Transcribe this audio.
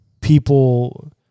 people